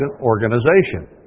organization